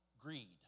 greed